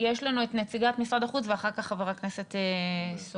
נמצאת פה נציגת משרד החוץ ואחר כך חבר הכנסת סובה.